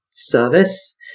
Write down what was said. Service